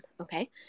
okay